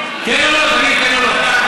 כן או לא, תגיד לי כן או לא.